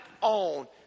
on